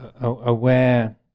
aware